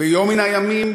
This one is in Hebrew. ביום מן הימים,